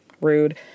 rude